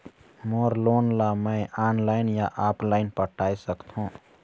मोर loan ला मैं online या ऑफलाइन पटाए सकथों?